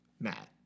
Matt